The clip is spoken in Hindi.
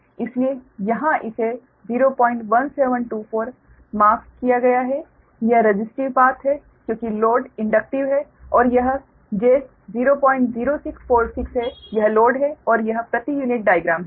इसलिए यहां इसे 01724 माफ किया गया है यह रसिस्टिव पाथ है क्योंकि लोड इंडक्टिव है और यह j00646 है यह लोड है और यह प्रति यूनिट डाइग्राम है